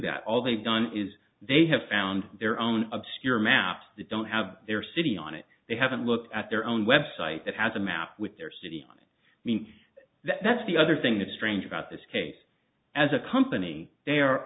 that all they've done is they have found their own obscure maps that don't have their city on it they haven't looked at their own website that has a map with their city on it i mean that's the other thing that's strange about this case as a company they